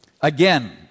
again